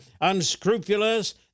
unscrupulous